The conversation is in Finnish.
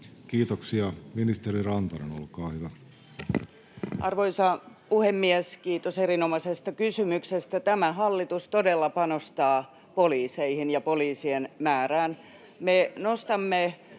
Kiitoksia. — Ministeri Rantanen, olkaa hyvä. Arvoisa puhemies! Kiitos erinomaisesta kysymyksestä. Tämä hallitus todella panostaa poliiseihin ja poliisien määrään.